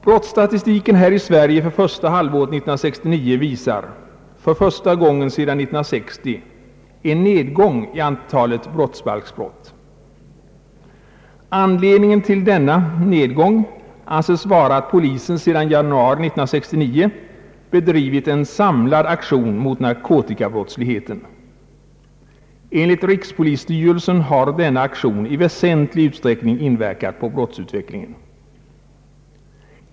Brottsstatistiken i Sverige för första halvåret 1969 visar för första gången sedan 1960 en nedgång i antalet brottsbalksbrott. Anledningen till denna nedgång anses vara att polisen sedan januari 1969 har bedrivit en samlad aktion mot narkotikabrottsligheten. Enligt rikspolisstyrelsen har denna aktion i väsentlig utsträckning inverkat på brottslighetens utveckling.